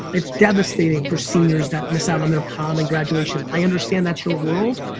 it's devastating for seniors that miss out on their prom and graduation, i understand that's your world,